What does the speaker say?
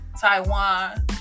Taiwan